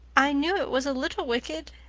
i knew it was a little wicked,